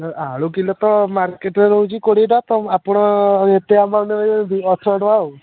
ଆଳୁ କିଲୋ ତ ମାର୍କେଟରେ ରହୁଛି କୋଡ଼ିଏ ଟଙ୍କା ତ ଆପଣ ଏତେ ଆମାଉଣ୍ଟ୍ ଅଠର ଟଙ୍କା ଆଉ